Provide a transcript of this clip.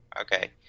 Okay